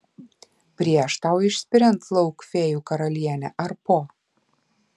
prieš tau išspiriant lauk fėjų karalienę ar po